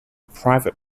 private